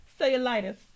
cellulitis